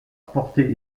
portée